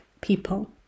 people